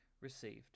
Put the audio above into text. received